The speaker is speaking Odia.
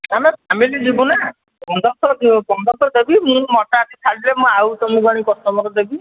ଆମେ ଆମେ ବି ଯିବୁନା ପନ୍ଦରଶହ ଦ ପନ୍ଦରଶହ ଦେବି ମୁଁ ମୋତେ ଆସି ଛାଡ଼ିଦେବେ ମୁଁ ଆଉ ତୁମକୁ ଆଣି କଷ୍ଟମର୍ ଦେବି